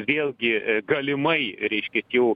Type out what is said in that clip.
vėlgi galimai reiškias jau